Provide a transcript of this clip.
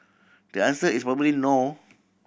the answer is probably no